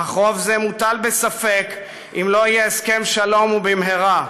אך רוב זה מוטל בספק אם לא יהיה הסכם שלום ובמהרה.